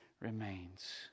remains